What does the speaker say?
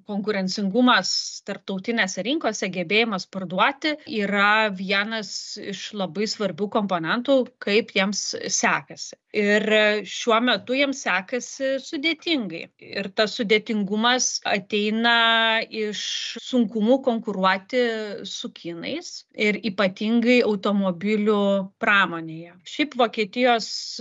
konkurencingumas tarptautinėse rinkose gebėjimas parduoti yra vienas iš labai svarbių komponentų kaip jiems sekasi ir šiuo metu jiem sekasi sudėtingai ir tas sudėtingumas ateina iš sunkumų konkuruoti su kinais ir ypatingai automobilių pramonėje šiaip vokietijos